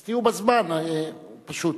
אז תהיו בזמן, פשוט.